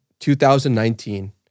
2019